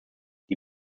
die